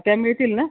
त्या मिळतील ना